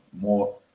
more